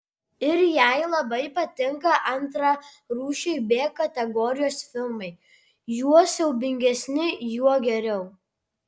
ir jai labai patinka antrarūšiai b kategorijos filmai juo siaubingesni juo geriau